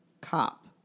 cop